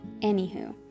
Anywho